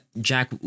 Jack